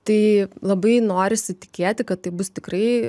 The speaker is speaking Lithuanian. tai labai norisi tikėti kad tai bus tikrai